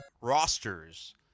Rosters